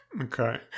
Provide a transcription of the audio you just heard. Okay